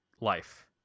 life